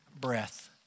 breath